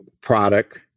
product